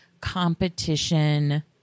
competition